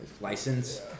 license